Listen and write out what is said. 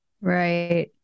Right